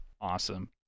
awesome